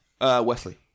Wesley